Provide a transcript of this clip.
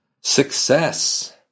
Success